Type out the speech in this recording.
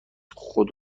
خود